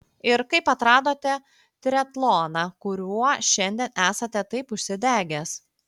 ir kaip atradote triatloną kuriuo šiandien esate taip užsidegęs